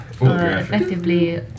effectively